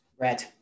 Red